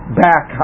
back